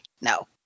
No